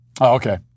okay